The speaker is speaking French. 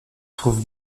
trouve